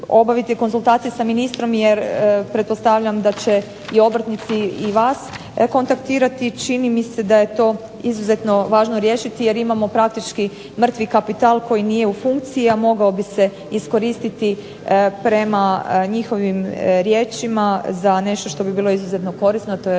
obavite konzultacije sa ministrom jer pretpostavljam da će i obrtnici i vas kontaktirati. Čini mi se da je to izuzetno važno riješiti jer imamo praktički mrtvi kapital koji nije u funkciji, a mogao bi se iskoristiti prema njihovim riječima za nešto što bi bilo izuzetno korisno, a to je